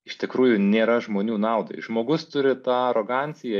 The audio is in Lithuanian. iš tikrųjų nėra žmonių naudai žmogus turi tą aroganciją